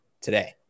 today